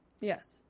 Yes